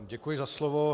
Děkuji za slovo.